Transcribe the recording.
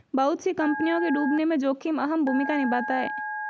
बहुत सी कम्पनियों के डूबने में जोखिम अहम भूमिका निभाता है